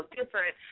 different